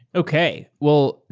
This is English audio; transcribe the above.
okay. well,